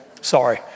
Sorry